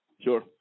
Sure